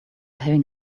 having